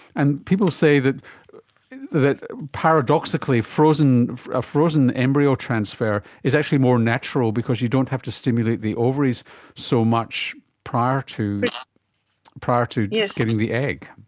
and people say that that paradoxically a frozen embryo transfer is actually more natural because you don't have to stimulate the ovaries so much prior to prior to yeah getting the egg.